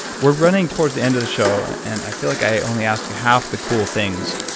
we're running towards the end of the show and i feel like i only asked you half the cool things.